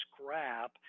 scrap